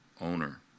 owner